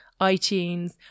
iTunes